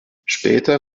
später